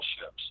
ships